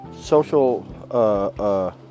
social